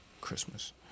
Christmas